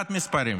קצת מספרים: